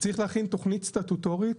צריך להכין תוכנית סטטוטורית